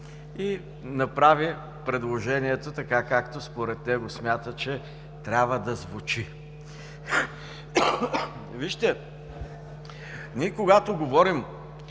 и направи предложението така, както според него смята, че трябва да звучи. Вижте, когато говорим